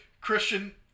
Christian